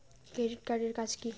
Credit card এর কাজ কি?